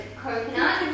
coconut